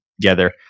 together